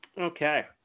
Okay